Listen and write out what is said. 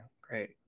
Great